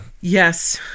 Yes